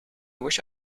wish